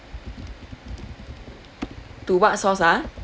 to what sauce ah